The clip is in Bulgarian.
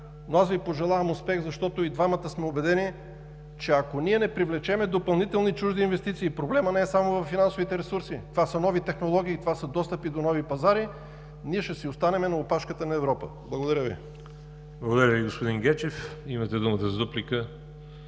но аз Ви пожелавам успех, защото и двамата сме убедени, че ако ние не привлечем допълнителни чужди инвестиции, проблемът не е само във финансовите ресурси – това са нови технологии, това са достъпи до нови пазари, ние ще си останем на опашката на Европа. Благодаря Ви. ПРЕДСЕДАТЕЛ ВАЛЕРИ ЖАБЛЯНОВ: Благодаря Ви, господин Гечев. Имате думата за дуплика